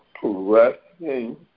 correcting